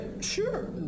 sure